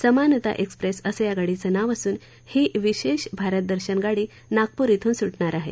समानता एक्सप्रेस असं या गाडीचं नाव असून ही विशेष भारत दर्शन गाडी नागपूर इथून सुटणार आहे